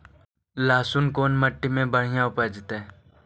लहसुन कोन मट्टी मे बढ़िया उपजतै?